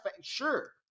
Sure